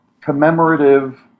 commemorative